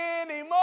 anymore